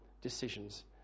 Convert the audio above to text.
decisions